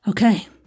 Okay